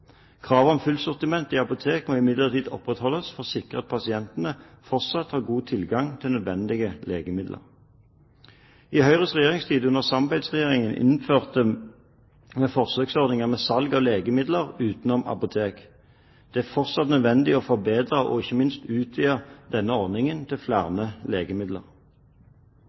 Kravet om fullt sortiment i apotek må imidlertid opprettholdes for å sikre at pasientene fortsatt har god tilgang til nødvendige legemidler. I Høyres regjeringstid, under Samarbeidsregjeringen, innførte man forsøksordninger med salg av legemidler utenom apotek. Det er fortsatt nødvendig å forbedre og ikke minst utvide denne ordningen til flere legemidler.